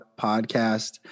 podcast